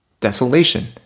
desolation